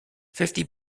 fifty